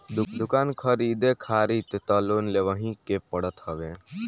दुकान खरीदे खारित तअ लोन लेवही के पड़त हवे